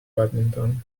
badminton